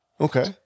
Okay